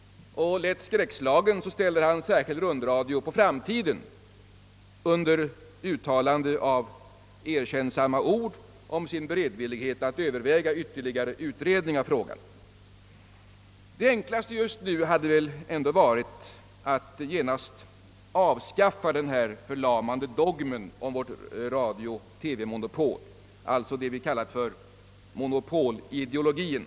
Lätt skräckslagen ställer han förslaget om särskild rundradio på framtiden under uttalande av erkännsamma ord och av sin beredvillighet att överväga ytterligare utredningar av frågan. Det enklaste just nu hade väl varit att avskaffa den här förlamande dogmen om vårt radiooch TV-monopol, alltså det som jag kallat monopolideologien.